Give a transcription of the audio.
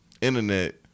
internet